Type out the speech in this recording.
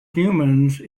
humans